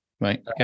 Right